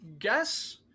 guess